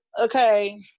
okay